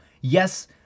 Yes